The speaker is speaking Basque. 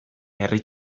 herri